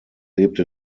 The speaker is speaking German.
lebte